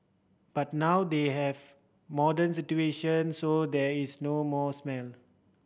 but now they have modern situation so there is no more smell